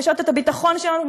מחלישות את הביטחון שלנו,